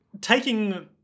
taking